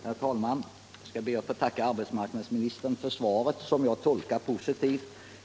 Herr talman! Jag skall be att få tacka arbetsmarknadsministern för svaret, som jag tolkar positivt.